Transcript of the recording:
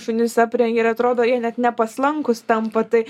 šunis aprengia ir atrodo jie net nepaslankūs tampa tai